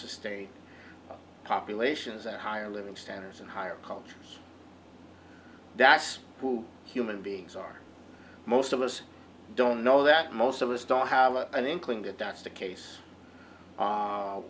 sustain populations and higher living standards and higher cultures that's him and beings are most of us don't know that most of us don't have an inkling that that's the case